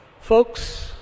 Folks